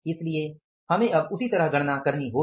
इसलिए हमें अब उसी तरह गणना करनी होगी